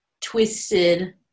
twisted